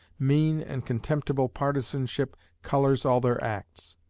mean and contemptible partisanship colors all their acts.